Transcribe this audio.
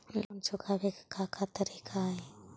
Loan चुकावे के का का तरीका हई?